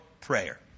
prayer